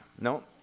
No